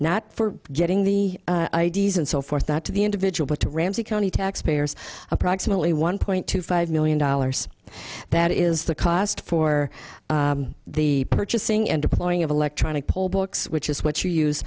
not for getting the i d s and so forth that to the individual but to ramsey county taxpayers approximately one point two five million dollars that is the cost for the purchasing and deploying of electronic poll books which is what you use